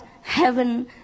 heaven